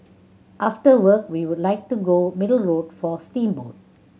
after work we would like to go Middle Road for steamboat